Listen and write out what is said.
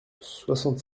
soixante